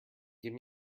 give